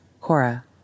Cora